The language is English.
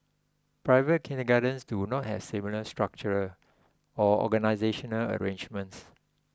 private kindergartens do not have similar structural or organisational arrangements